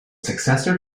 successor